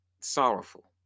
sorrowful